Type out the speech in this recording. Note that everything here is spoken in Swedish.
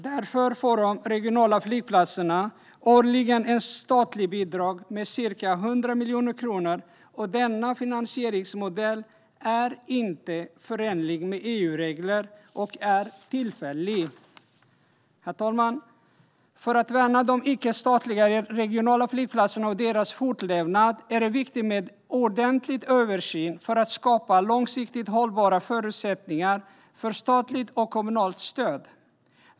Därför får de regionala flygplatserna årligen ett statligt bidrag med ca 100 miljoner kronor. Denna finansieringsmodell är inte förenlig med EU-regler och är tillfällig. Herr talman! För att värna de icke-statliga regionala flygplatserna och deras fortlevnad är det viktigt med en ordentlig översyn för att skapa långsiktigt hållbara förutsättningar för statligt och kommunalt stöd.